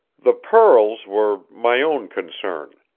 the pearls were my own concern.